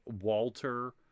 Walter